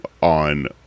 on